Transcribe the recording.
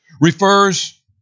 refers